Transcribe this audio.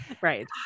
Right